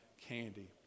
candy